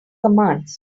commands